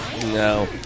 No